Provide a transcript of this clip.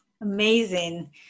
Amazing